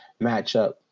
matchup